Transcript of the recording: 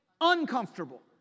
uncomfortable